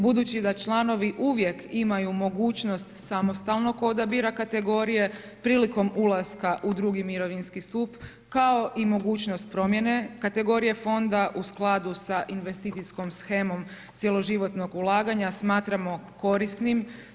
Budući da članovi uvijek imaju mogućnost samostalnog odabira kategorije, prilikom ulaska u 2. mirovinski stup, kao i mogućnost promijene kategorije fonda u skladu sa investicijskom shemom cijeloživotnog ulaganja smatramo korisnim.